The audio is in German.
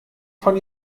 von